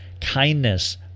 kindness